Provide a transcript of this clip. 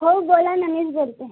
हो बोला ना मीच बोलते आहे